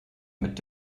mit